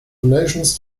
donations